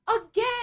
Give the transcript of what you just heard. Again